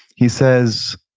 he says,